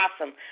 awesome